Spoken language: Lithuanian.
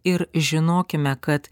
ir žinokime kad